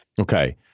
Okay